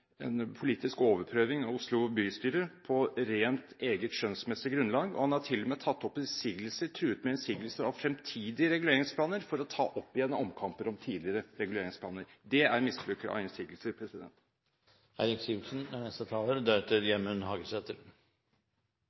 en politisk overprøving av Oslo bystyre på eget rent skjønnsmessig grunnlag. Han har til og med truet med innsigelser mot fremtidige reguleringsplaner, for å ta omkamper om tidligere reguleringsplaner. Det er misbruk av innsigelser.